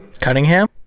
Cunningham